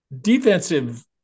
defensive